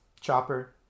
Chopper